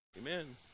Amen